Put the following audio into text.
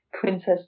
Princess